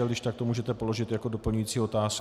Když tak to můžete položit jako doplňující otázku.